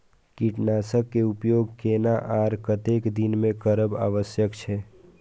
कीटनाशक के उपयोग केना आर कतेक दिन में करब आवश्यक छै?